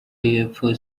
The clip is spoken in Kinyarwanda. y’epfo